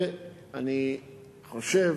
ואני חושב